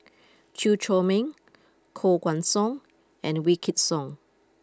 Chew Chor Meng Koh Guan Song and Wykidd Song